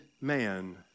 man